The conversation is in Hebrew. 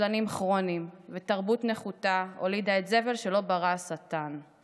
עצלנים כרוניים / ותרבות נחותה הולידה את זבל / שלא ברא השטן /